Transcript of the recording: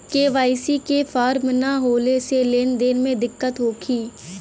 KYC के form न होले से लेन देन में दिक्कत होखी?